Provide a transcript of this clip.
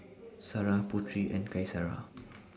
Sarah Putri and Qaisara